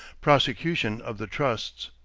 prosecution of the trusts.